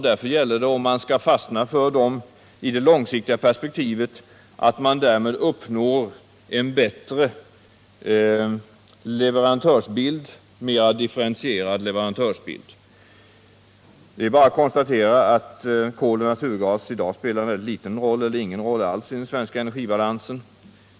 Det gäller därför om man i det långsiktiga perspektivet skall fastna för dem för att uppnå en bättre och mera differentierad leverantörsbild. Det är bara att konstatera att kol och naturgas i dag spelar en väldigt liten roll — närmast ingen roll alls — i den svenska energibalansen.